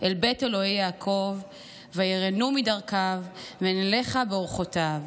אל בית אלוהי יעקב וירנו מדרכיו ונלכה באורחותיו,